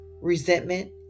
resentment